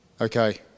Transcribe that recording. Okay